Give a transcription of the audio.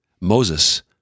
Moses